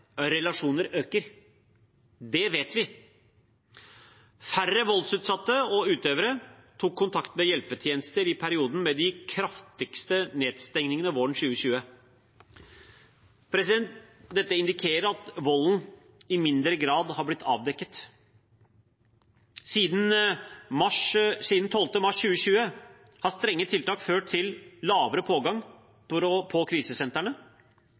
relasjoner øker. Det vet vi. Færre voldsutsatte og utøvere tok kontakt med hjelpetjenester i perioden med de kraftigste nedstengningene våren 2020. Dette indikerer at volden i mindre grad har blitt avdekket. Siden 12. mars 2020 har strenge tiltak ført til lavere pågang på krisesentrene, noe som tyder på